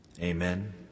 Amen